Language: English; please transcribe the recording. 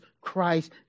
Christ